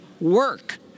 work